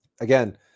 again